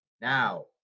Now